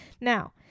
Now